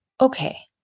okay